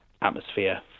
atmosphere